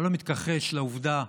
אני לא מתכחש לעובדה,